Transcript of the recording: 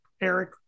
Eric